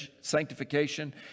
sanctification